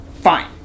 fine